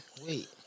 wait